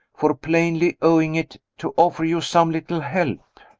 for plainly owning it to offer you some little help.